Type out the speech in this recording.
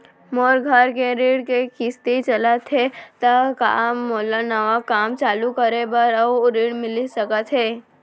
मोर घर के ऋण के किसती चलत हे ता का मोला नवा काम चालू करे बर अऊ ऋण मिलिस सकत हे?